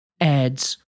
ads